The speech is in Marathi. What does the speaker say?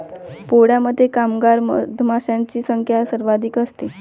पोळ्यामध्ये कामगार मधमाशांची संख्या सर्वाधिक असते